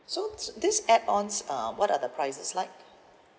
so this add ons uh what are the prices like